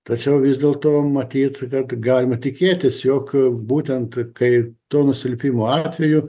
tačiau vis dėlto matyt kad galima tikėtis jog būtent kai to nusilpimo atveju